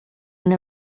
and